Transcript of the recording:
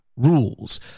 Rules